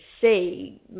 see